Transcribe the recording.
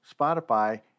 Spotify